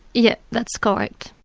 yes, that's correct.